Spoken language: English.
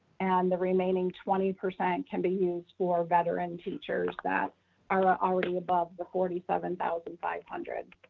and the remaining twenty percent can be used for veteran teachers that are already above the forty seven thousand five hundred.